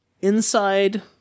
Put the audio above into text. Inside